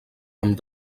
amb